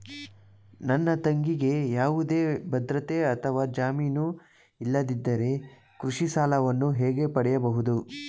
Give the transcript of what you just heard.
ನನ್ನ ತಂಗಿಗೆ ಯಾವುದೇ ಭದ್ರತೆ ಅಥವಾ ಜಾಮೀನು ಇಲ್ಲದಿದ್ದರೆ ಕೃಷಿ ಸಾಲವನ್ನು ಹೇಗೆ ಪಡೆಯಬಹುದು?